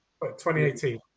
2018